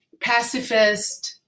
pacifist